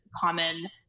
common